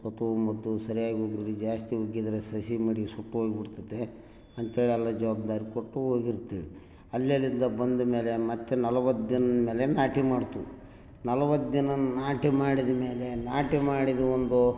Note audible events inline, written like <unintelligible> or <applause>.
ಸುತ್ತು ಮುತ್ತು ಸರಿಯಾಗಿ <unintelligible> ಜಾಸ್ತಿ ಉಗ್ಗಿದ್ರೆ ಸಸಿ ಮಿಡಿ ಸುಟ್ಟೋಗ್ಬಿಡ್ತದೆ ಅಂತೇಳಿ ಎಲ್ಲ ಜವಾಬ್ದಾರಿ ಕೊಟ್ಟು ಹೋಗಿರ್ತೀವ್ ಅಲ್ಲೆಲ್ಲಿಂದ ಬಂದ ಮೇಲೆ ಮತ್ತು ನಲ್ವತ್ತು ದಿನ್ದ ಮೇಲೆ ನಾಟಿ ಮಾಡ್ತೀವಿ ನಲ್ವತ್ತು ದಿನ ನಾಟಿ ಮಾಡಿದ್ಮೇಲೆ ನಾಟಿ ಮಾಡಿದ ಒಂದು